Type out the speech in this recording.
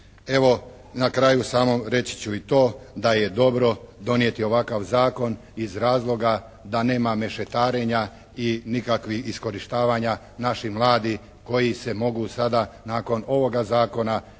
Evo, na kraju samom reći ću i to da je dobro donijeti ovakav zakon iz razloga da nema mešetarenja i nikakvih iskorištavanja naših mladih koji se mogu sada nakon ovoga zakona